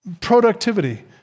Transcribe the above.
productivity